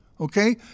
Okay